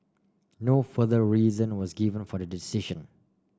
no further reason was given for the decision